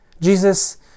Jesus